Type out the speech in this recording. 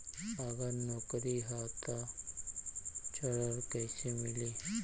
अगर नौकरी ह त ऋण कैसे मिली?